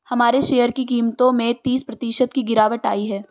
हमारे शेयर की कीमतों में तीस प्रतिशत की गिरावट आयी है